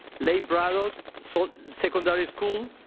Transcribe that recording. lee braddock so secondary school,